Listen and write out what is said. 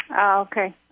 okay